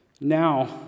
Now